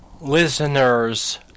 Listeners